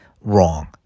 wrong